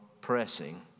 pressing